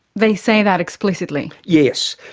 they say that explicitly? yes.